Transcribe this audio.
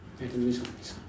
I don't know which one this one